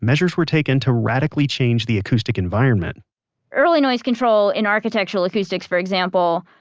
measures were taken to radically change the acoustic environment early noise control in architectural acoustics for example,